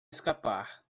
escapar